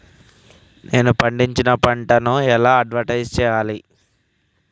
నేను పండించిన పంటను ఎలా అడ్వటైస్ చెయ్యాలే?